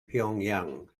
pyongyang